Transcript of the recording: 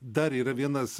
dar yra vienas